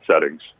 settings